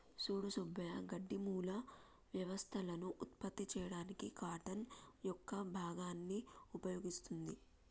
సూడు సుబ్బయ్య గడ్డి మూల వ్యవస్థలను ఉత్పత్తి చేయడానికి కార్టన్ యొక్క భాగాన్ని ఉపయోగిస్తుంది